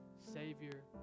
savior